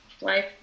life